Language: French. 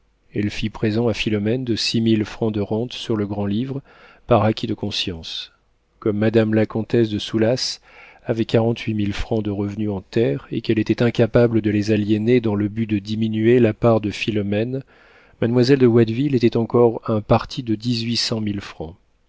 elle fit présent à philomène de six mille francs de rente sur le grand-livre par acquit de conscience comme madame la comtesse de soulas avait quarante-huit mille francs de revenus en terres et qu'elle était incapable de les aliéner dans le but de diminuer la part de philomène mademoiselle de watteville était encore un parti de